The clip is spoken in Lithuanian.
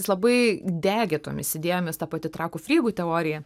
jis labai degė tomis idėjomis ta pati trakų frygų teorija